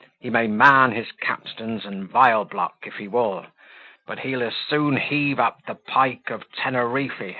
he may man his capstans and viol block, if he wool but he'll as soon heave up the pike of teneriffe,